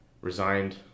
resigned